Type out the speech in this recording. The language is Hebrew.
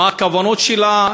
מה הכוונות שלה,